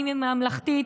ממלכתית,